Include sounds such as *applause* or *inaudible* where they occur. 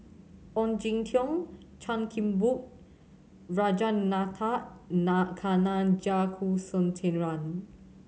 Ong Jin Teong Chan Kim Boon *unintelligible*